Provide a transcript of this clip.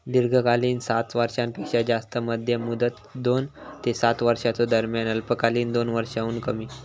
दीर्घकालीन सात वर्षांपेक्षो जास्त, मध्यम मुदत दोन ते सात वर्षांच्यो दरम्यान, अल्पकालीन दोन वर्षांहुन कमी